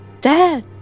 Dad